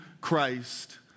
Christ